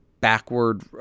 backward